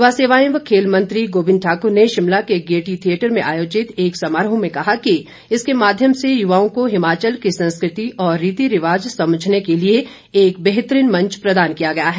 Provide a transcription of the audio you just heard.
युवा सेवाएं व खेल मंत्री गोविंद ठाकुर ने शिमला के गेयटी थियेटर में आयोजित एक समारोह में कहा कि इसके माध्यम से युवाओं को हिमाचल की संस्कृति और रीति रिवाज़ समझने के लिए एक बेहतरीन मंच प्रदान किया गया है